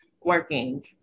working